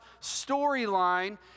storyline